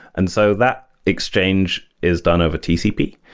and so that exchange is done over tcp.